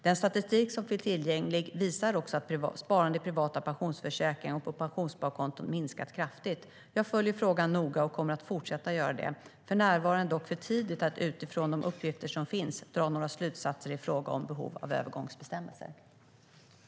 Den statistik som finns tillgänglig visar också att sparande i privata pensionsförsäkringar och på pensionssparkonton minskat kraftigt. Jag följer frågan noga och kommer att fortsätta att göra det. För närvarande är det dock för tidigt att utifrån de uppgifter som finns dra några slutsatser i fråga om behov av övergångsbestämmelser.